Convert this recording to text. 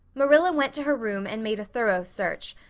marilla went to her room and made a thorough search,